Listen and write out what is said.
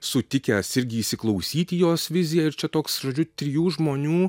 sutikęs irgi įsiklausyti į jos viziją ir čia toks žodžiu trijų žmonių